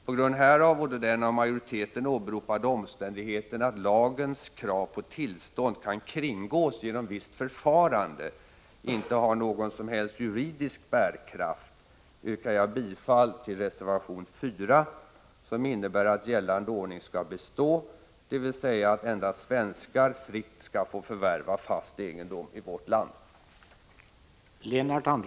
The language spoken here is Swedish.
På grund härav och då den av majoriteten åberopade omständigheten, att lagens krav på tillstånd kan kringgås genom visst förfarande, inte har någon som helst juridisk bärkraft, yrkar jag bifall till reservation 4, som innebär att gällande ordning skall bestå, dvs. att endast svenskar fritt skall få förvärva fast egendom i vårt land.